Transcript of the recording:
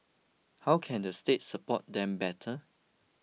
how can the state support them better